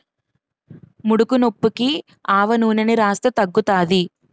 ముడుకునొప్పికి ఆవనూనెని రాస్తే తగ్గుతాది